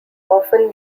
often